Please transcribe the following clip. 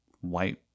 white